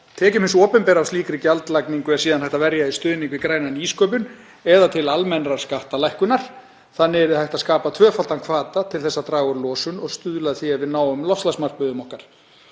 Tekjum hins opinbera af slíkri gjaldlagningu er síðan hægt að verja í stuðning við græna nýsköpun eða til almennrar skattalækkunar. Þannig yrði hægt að skapa tvöfaldan hvata til að draga úr losun og stuðla að því að við náum loftslagsmarkmiðum okkar.